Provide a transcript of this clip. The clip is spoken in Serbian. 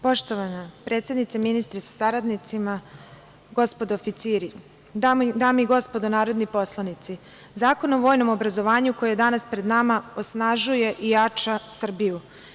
Poštovana predsednice, ministri sa saradnicima, gospodo oficiri, dame i gospodo narodni poslanici, Zakon o vojnom obrazovanju koji je danas pred nama osnažuje i jača Srbiju.